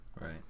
Right